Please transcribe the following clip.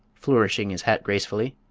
flourishing his hat gracefully.